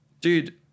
dude